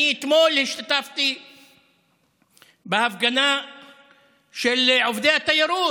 אני אתמול השתתפתי בהפגנה של עובדי התיירות.